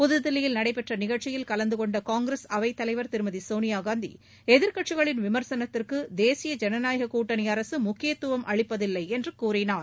புதுதில்லியில் நடைபெற்ற நிகழ்ச்சியில் கலந்து கொண்ட காங்கிரஸ் அவைத் தலைவர் திருமதி சோனியாகாந்தி எதிர்க்கட்சிகளின் விமர்சனத்திற்கு தேசிய ஜனநாயக் கூட்டணி அரசு முக்கியத்துவம் அளிப்பதில்லை என்று கூறினார்